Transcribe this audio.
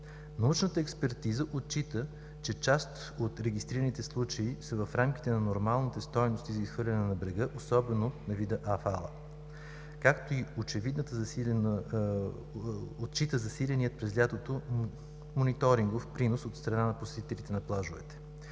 Научната експертиза отчита, че част от регистрираните случаи са в рамките на нормалните стойности за изхвърляне на брега, особено за вида афала, както и отчита засиления през лятото мониторингов принос от страна на посетителите на плажовете.